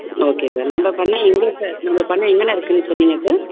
okay sir நம்ப பண்ணை எங்கே சார் நம்ப பண்ணை எங்கென இருக்குதுன்னு சொன்னீங்கள் சார்